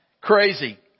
Crazy